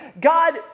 God